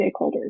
stakeholders